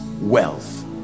wealth